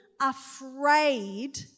afraid